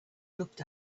looked